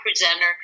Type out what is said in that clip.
presenter